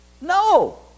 No